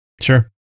Sure